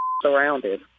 Surrounded